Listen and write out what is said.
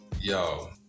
Yo